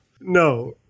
No